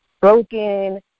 broken